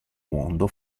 mondo